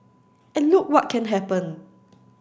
and look what can happen